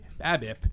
BABIP